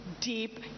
deep